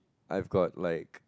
I've got like